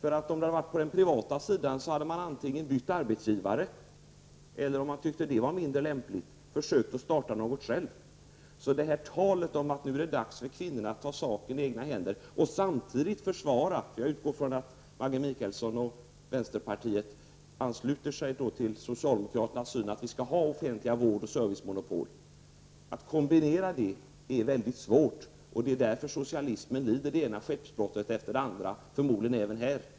Hade de arbetat inom den privata sidan, hade de antingen bytt arbetsgivare eller, om de hade tyckt att det var olämpligt, försökt starta något själv. Talet om att det nu är dags för kvinnorna att ta saken i egna händer och samtidigt försvara -- jag utgår från att Maggi Mikaelsson och vänsterpartiet ansluter sig till den socialdemokratiska synen här -- offentliga vård och servicemonopol är svårt att förstå. Att kombinera dessa två åsikter är svårt. Det är därför som socialismen lider det ena skeppsbrottet efter det andra förmodligen även här.